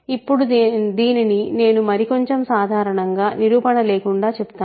ఇప్పుడు దీనిని నేను మరికొంచెం సాధారణంగా నిరూపణ లేకుండా చెబుతాను